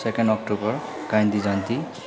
second October Gandhi Jayanti